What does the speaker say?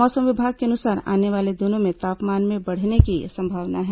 मौसम विभाग के अनुसार आने वाले दिनों में तापमान के बढ़ने की संभावना है